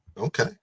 Okay